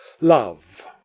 love